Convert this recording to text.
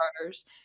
starters